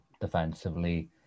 defensively